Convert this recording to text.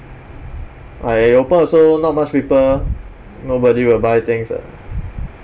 !aiya! you open also not much people nobody will buy things ah